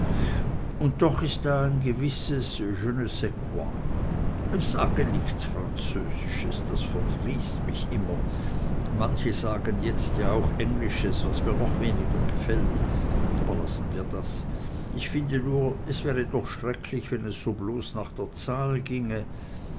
und doch ist da ein gewisses je ne sais quoi sage nichts französisches das verdrießt mich immer manche sagen jetzt auch englisches was mir noch weniger gefällt aber lassen wir das ich finde nur es wäre doch schrecklich wenn es so bloß nach der zahl ginge